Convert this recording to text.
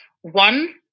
One